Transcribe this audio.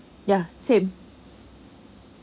ya same